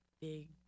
big